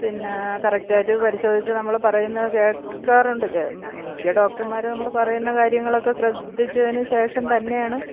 പിന്നെ കറക്റ്റ് ആയിട്ട് പരിശോധിച്ചു നമ്മൾ പറയുന്ന കേൾക്കാറുണ്ട് മിക്ക ഡോക്ടർമാരും നമ്മൾ പറയുന്ന കാര്യങ്ങളൊക്കെ ശ്രദ്ധിച്ചതിനു ശേഷം തന്നെയാണ്